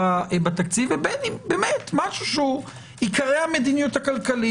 בתקציב ובין אם עיקרי המדיניות הכלכלית.